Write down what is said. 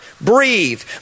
Breathe